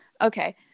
okay